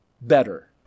better